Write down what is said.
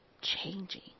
changing